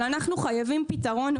אבל אנחנו חייבים פתרון.